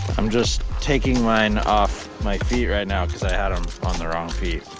i'm just taking mine off my feet right now cause i had em on the wrong feet.